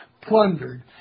plundered